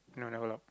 no never lock